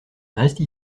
reste